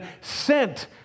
sent